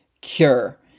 Cure